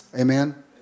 Amen